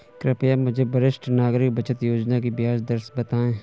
कृपया मुझे वरिष्ठ नागरिक बचत योजना की ब्याज दर बताएं?